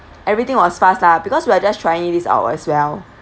everything was fast lah because we're just trying this out as well